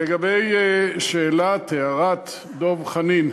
לגבי שאלת, הערת, דב חנין.